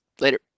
Later